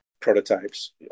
prototypes